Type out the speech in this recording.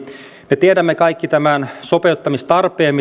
me tiedämme kaikki tämän sopeuttamistarpeen